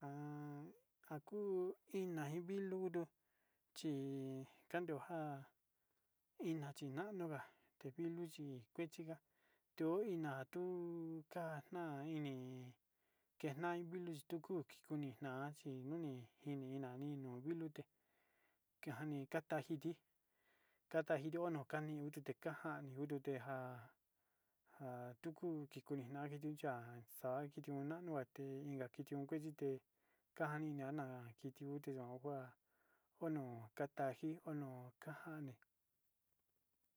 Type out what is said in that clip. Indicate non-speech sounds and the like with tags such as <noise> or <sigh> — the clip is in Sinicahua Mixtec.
<hesitation> An akuu iná iin vilu tu chí njandio njá iná chinanoga tevilo hi kuechinga ti'ó iná tuu ka'ana ini enai hi vilu chi kuki kuu nitna chi kuni ini vilu ke'e njani katachiki kata xhini ono kani otute kanja nii utu tenjá nja tuku kikunina tenjá xa'a kiti nunuaté inka kitio kitite njaka niana kiti tute yuon kua onuu kanjaki unu kutuani.